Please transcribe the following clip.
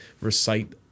recite